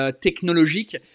technologique